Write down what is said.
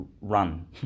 run